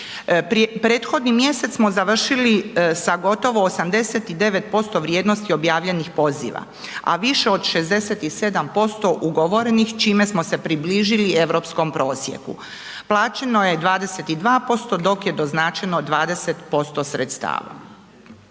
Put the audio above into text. Prethodni mjesec smo završili sa gotovo 89% vrijednosti objavljenih poziva, a više od 67% ugovorenih, čime smo se približili europskom prosjeku. Plaćeno je 22%, dok je doznačeno 20% sredstava.